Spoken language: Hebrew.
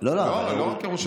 לא, לא רק ירושלים.